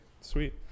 sweet